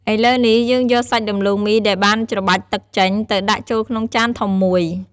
ឥឡូវនេះ យើងយកសាច់ដំឡូងមីដែលបានច្របាច់ទឹកចេញ ទៅដាក់ចូលក្នុងចានធំមួយ។